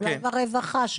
--- אולי ברווחה.